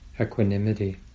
equanimity